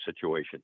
situation